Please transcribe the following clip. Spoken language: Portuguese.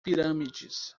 pirâmides